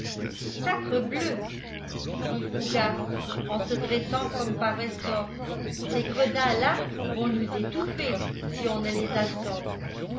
sacrebleu dit fougas en se dressant comme par ressort ces gredins-là vont nous étouffer si on ne les assomme